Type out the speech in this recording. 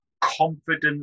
confident